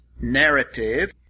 narrative